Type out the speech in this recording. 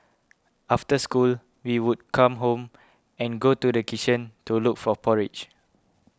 after school we would come home and go to kitchen to look for porridge